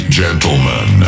gentlemen